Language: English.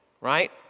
right